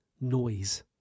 noise